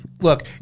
look